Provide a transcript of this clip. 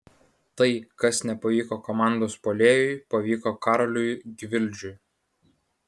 tai kas nepavyko komandos puolėjui pavyko karoliui gvildžiui